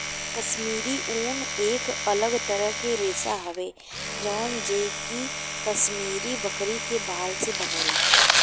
काश्मीरी ऊन एक अलग तरह के रेशा हवे जवन जे कि काश्मीरी बकरी के बाल से बनेला